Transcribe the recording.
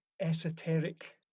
esoteric